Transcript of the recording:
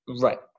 Right